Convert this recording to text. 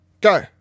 go